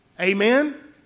Amen